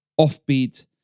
offbeat